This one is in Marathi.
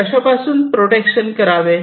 कशापासुन प्रोटेक्शन करावे